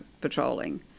patrolling